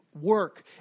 work